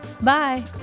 Bye